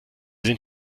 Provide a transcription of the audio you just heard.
sind